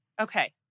Okay